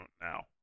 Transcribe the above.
now